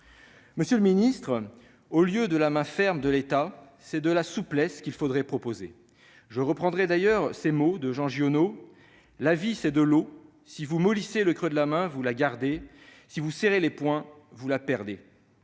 Monsieur le ministre, au lieu de la « main ferme » de l'État, c'est de la souplesse qu'il faudrait proposer. Comme l'écrivait Jean Giono :« La vie c'est de l'eau. Si vous mollissez le creux de la main, vous la gardez. Si vous serrez les poings, vous la perdez. »